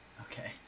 Okay